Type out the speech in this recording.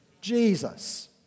Jesus